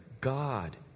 God